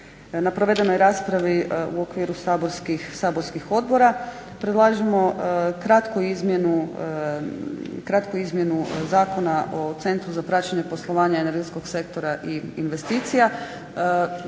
na provedenoj raspravi u okviru saborskih odbora. Predlažemo kratku izmjenu Zakona o Centru za praćenje poslovanja energetskog sektora i investicija.